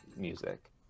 music